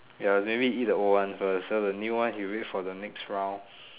ya maybe he eat the old one first so the new one he will wait for the next round